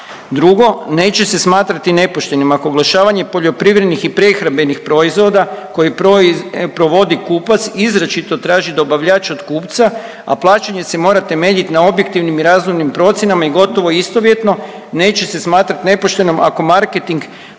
Drugo, neće se smatrati nepoštenim ako oglašavanje poljoprivrednih i prehrambenih proizvoda koje provodi kupac izričito traži dobavljač od kupca, a plaćanje se mora temeljiti na objektivnim i razumnim procjenama i gotovo istovjetno, neće se smatrati nepoštenom ako marketing